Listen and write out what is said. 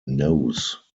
nose